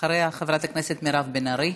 אחריה, חברת הכנסת מירב בן ארי.